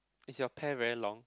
is your pear very long